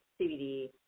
CBD